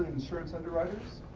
insurance underwriters?